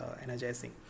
energizing